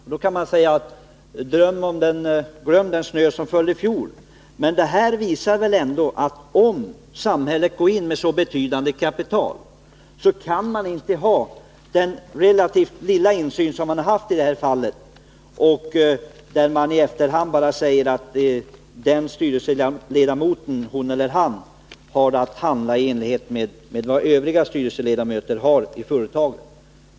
Man kan naturligtvis säga: Glöm den snö som föll i fjol. Men det som skett visar väl ändå att om samhället går in med så betydande kapital som det här är fråga om, då kan inte samhället nöja sig med den relativt ringa insyn som man här har haft. I efterhand säger man nu, att styrelseledamoten i fråga har att handla enligt samma bestämmelser som övriga ledamöter i företagets styrelse.